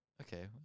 Okay